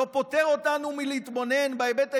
זה לא פוטר אותנו מלהתבונן בהיבט הארגוני,